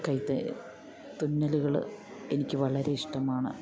കൈത്തറി തുന്നലുകൾ എനിക്ക് വളരെ ഇഷ്ടമാണ്